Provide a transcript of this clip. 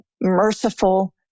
merciful